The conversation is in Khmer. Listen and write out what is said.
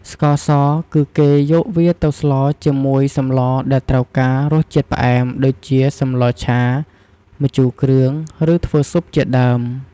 ស្ករស គឺគេអាចយកវាទៅស្លរជាមួយសម្លដែលត្រូវការរសជាតិផ្អែម ដូចជា សម្លរឆា ម្ជូរគ្រឿង ឬធ្វើស៊ុបជាដើម។